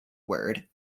word